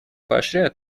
поощряет